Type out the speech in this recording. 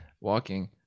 walking